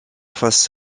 face